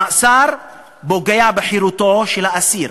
המאסר פוגע בחירותו של האסיר,